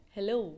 Hello